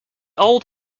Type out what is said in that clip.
old